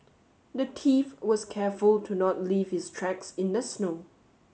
the thief was careful to not leave his tracks in the snow